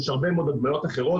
ויש הרבה מאוד הדמיות אחרות,